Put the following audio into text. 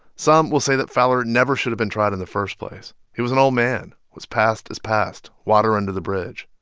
some will say that fowler never should've been tried in the first place. he was an old man. what's past is past water under the bridge.